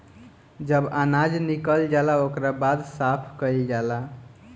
जब अनाज निकल जाला ओकरा बाद साफ़ कईल जाला